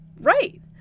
Right